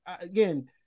again